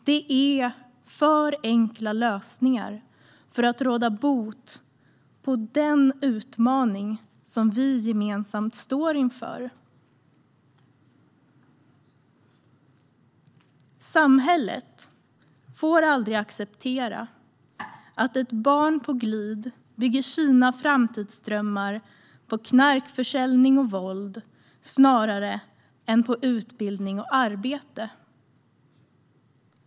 Det är för enkla lösningar för att råda bot på den utmaning som vi gemensamt står inför. Samhället får aldrig acceptera att ett barn på glid bygger sina framtidsdrömmar på knarkförsäljning och våld snarare än på utbildning och arbete.